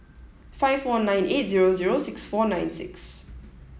five four nine eight zero zero six four nine six